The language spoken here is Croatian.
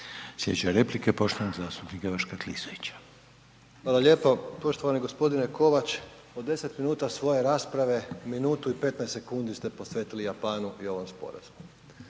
Sljedeća replika je poštovanog zastupnika Joška Klisovića. **Klisović, Joško (SDP)** Hvala lijepo poštovani g. Kovač. Od 10 minuta svoje rasprave, minutu i 15 sekundi ste posvetili Japanu i ovom Sporazumu.